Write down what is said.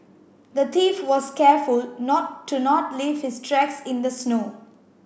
the thief was careful not to not leave his tracks in the snow